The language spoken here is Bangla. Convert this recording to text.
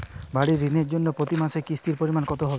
বাড়ীর ঋণের জন্য প্রতি মাসের কিস্তির পরিমাণ কত হবে?